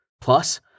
Plus